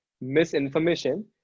misinformation